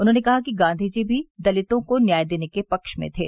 उन्होंने कहा कि गांधीजी भी दलितों को न्याय देने के पक्ष में थे